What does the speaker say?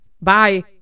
bye